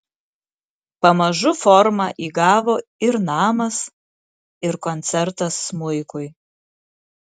pamažu formą įgavo ir namas ir koncertas smuikui